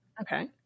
Okay